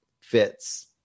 fits